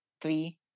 three